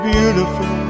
beautiful